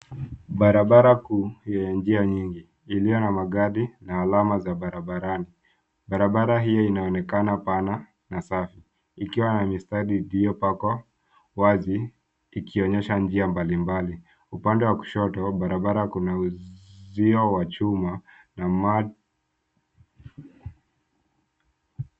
Barabara kuu yenye njia nyingi imejaa magari na alama za barabarani. Barabara hiyo inaonekana pana na safi ikiwa na mistari iliyopakwa wazi ikionyesha njia mbalimbali. Upande wa kushoto barabarani kuna uzo wa chuma.